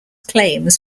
claims